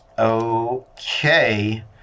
Okay